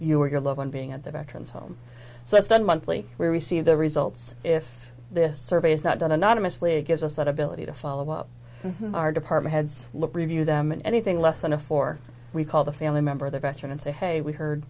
you or your loved one being at the veterans home so it's done monthly we receive the results if this survey is not done anonymously it gives us that ability to follow up our department heads look review them in anything less than a four we call the family member the veteran and say hey we heard